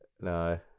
no